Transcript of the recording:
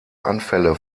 anfälle